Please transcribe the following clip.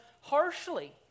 harshly